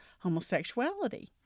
homosexuality